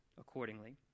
accordingly